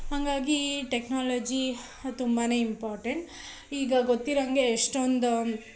ಹಾಗಾಗಿ ಟೆಕ್ನಾಲಜಿ ತುಂಬಾ ಇಂಪಾರ್ಟೆಂಟ್ ಈಗ ಗೊತ್ತಿರೋಂಗೆ ಎಷ್ಟೊಂದು